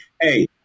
hey